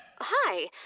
Hi